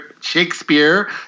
Shakespeare